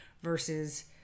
versus